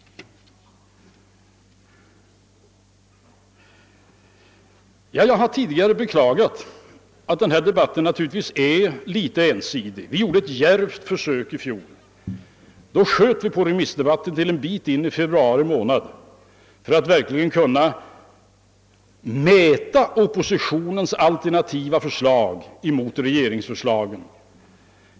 Jag har tidigare beklagat att denna debatt är något ensidig. Vi gjorde ett djärvt försök i fjol, då vi sköt på remissdebatten till en bit in i februari månad för att verkligen kunna mäta oppositionens alternativa förslag med regeringsförslagen.